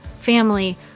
family